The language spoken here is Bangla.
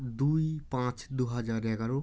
দুই পাঁচ দু হাজার এগারো